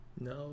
No